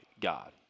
God